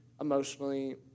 emotionally